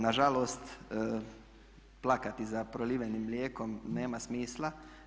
Na žalost plakati za prolivenim mlijekom nema smisla.